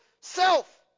self